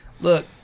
look